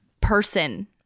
person